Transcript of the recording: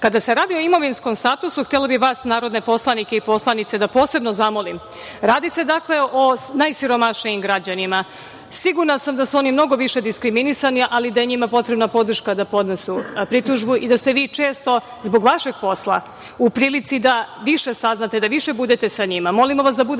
se radi o imovinskom statusu htela bih vas narodne poslanike i poslanice da posebno zamolim, radi se, dakle, o najsiromašnijim građanima. Sigurna sam da su oni mnogo više diskriminisani, ali da je njima potrebna podrška da podnesu pritužbu i da ste vi često, zbog vašeg posla, u prilici da više saznate, da više budete sa njima.